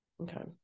okay